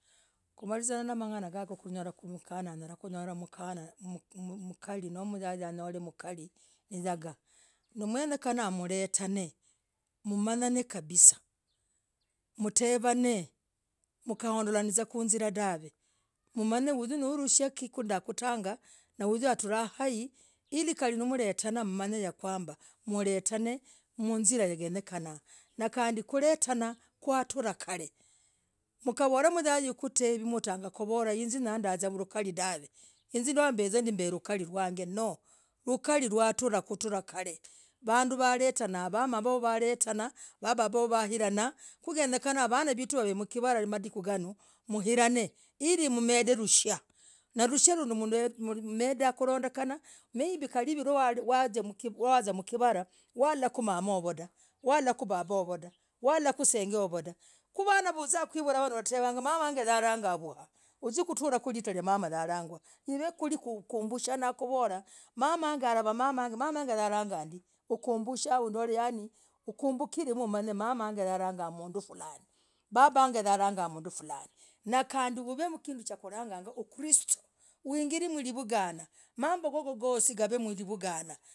Kumalizanah, namang'ana hagoo mkanah anyalah mkanah mkarii noo moyai anyol mkarii hiyagaa yenyekenenah mletane mmanyane kabisa mtavan mkandoolizana kuizirah dahv mumany hyuu nirushiakii ndakutagah nahuyu atrah haii kalinimletanah mmmanye yakwamba mletane mwizira ngenyekanangah nakandii kuletanah kwatrah kar mkavolah moyai ukutevii nautagakuvolah hinz ndazia mlukarii dahv hinz ndambezahndii mb mlukarii mwang no! Lukari lwatrah kutrah kal vaduu walena mama vovoo waletanah mababah hovoo wailanah kugenyekana vanaa vetuu mvemkivahlah madikuu gano mwilaner ilii mm mend lushiaa na lushiaa nuu mdaa kulondekena maibii kali hiv waziaa mkivarah walolahku mamah hovoo dah walolahku babah hovoo dah walolahku senge hovoo dah kuu vanaa uvaa kwivulah walatevagaa mamahg alangwah vuuaaa hutre ku litayalangwaa i've kukumbushane kuvolah mamahg alangwah ndii kukumbushane undole yani ukumbukiilemm ulol mamahg alangwah mduu fulaani babahg yalangwa mduu fulaani nakandii uv na kinduu kulanganga ukursto mwingire livunganah mambo gogo gosii gav mvunganah.